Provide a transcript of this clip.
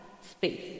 space